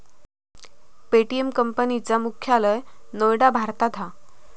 Paytm company चा मुख्यालय नोएडा भारतात हा